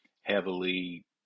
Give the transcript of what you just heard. heavily